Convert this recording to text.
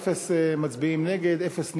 אין מצביעים נגד ואין נמנעים.